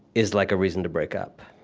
is like a reason to break up,